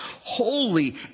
holy